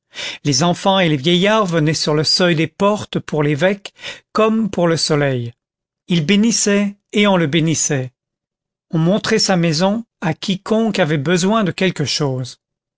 les enfants et les vieillards venaient sur le seuil des portes pour l'évêque comme pour le soleil il bénissait et on le bénissait on montrait sa maison à quiconque avait besoin de quelque chose